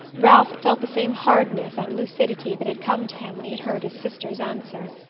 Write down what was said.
ralph felt the same hardness and lucidity that had come to him when he had heard his sister's answer.